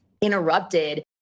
interrupted